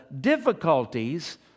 difficulties